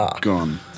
Gone